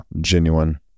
genuine